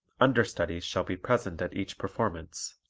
understudies shall be present at each performance.